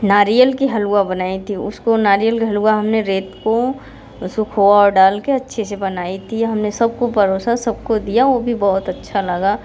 नारियल के हलवा बनाई थी उसको नारियल का हलवा हमने रेत को उसक खोया डालके अच्छे से बनाई थी हमने सबको पड़ोसन सबको दिया वो भी बहुत अच्छा लगा